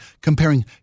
comparing